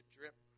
drip